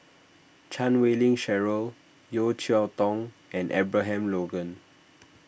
Chan Wei Ling Cheryl Yeo Cheow Tong and Abraham Logan